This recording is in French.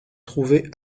trouvée